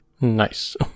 Nice